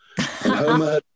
Homer